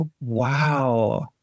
wow